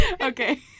okay